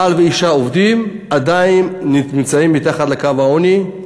בעל ואישה עובדים, עדיין נמצאים מתחת לקו העוני.